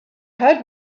had